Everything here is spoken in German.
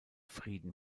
frieden